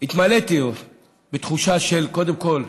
והתמלאתי בתחושה, קודם כול,